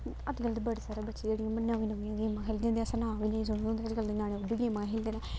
अजकल्ल दे बड़े सारे बच्चे जेह्ड़े नमीं नमियां गेमां खेलदे जिंदे असें नांऽ बी निं सुने दे होंदे अजकल्ल ञ्याणे बड़ियां गेमां खेलदे न